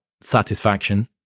satisfaction